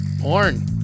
Porn